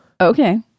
Okay